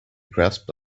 grasped